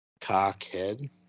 cockhead